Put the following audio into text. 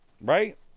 Right